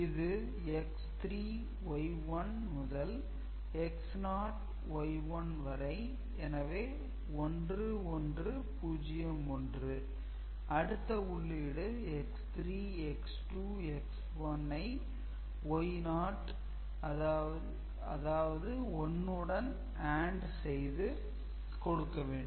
இது X3 Y1 முதல் X0 Y1 வரை எனவே 1 1 0 1 அடுத்த உள்ளீடு X3 X2 X1 ஐ Y0 அதாவது 1 உடன் AND செய்து கொடுக்க வேண்டும்